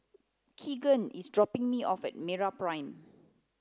Keegan is dropping me off at MeraPrime